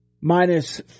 minus